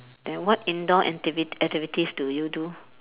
then what indoor activ~ activities do you do